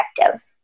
effective